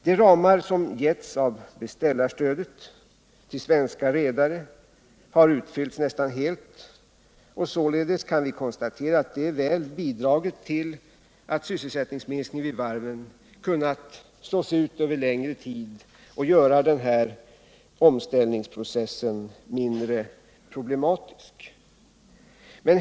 De ramar som har getts av beställarstödet till svenska redare har utfyllts nästan helt, och således kan vi konstatera att det väl har bidragit till att sysselsättningsminskningen vid varven kunnat slås ut över längre tid och göra den här omställningsprocessen mindre problematisk.